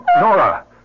Nora